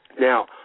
Now